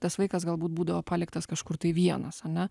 tas vaikas galbūt būdavo paliktas kažkur tai vienas ane